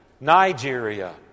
Nigeria